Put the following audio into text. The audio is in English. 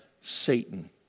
Satan